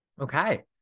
okay